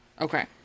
Okay